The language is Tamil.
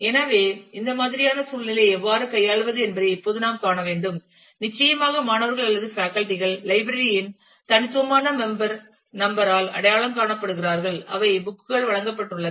எனவே இந்த மாதிரியான சூழ்நிலையை எவ்வாறு கையாள்வது என்பதை இப்போது நாம் காண வேண்டும் நிச்சயமாக மாணவர்கள் அல்லது பேக்கல்டி கள் நூலகத்தின் தனித்துவமான மெம்பர் நம்பர் ஆல் அடையாளம் காணப்படுகிறார்கள் அவை புக் கள் வழங்கப்பட்டுள்ளன